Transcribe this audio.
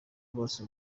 bose